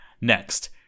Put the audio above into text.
Next